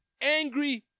angry